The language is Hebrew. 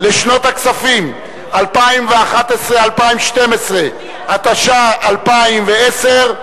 לשנות הכספים 2011 ו-2012, התשע"א 2010,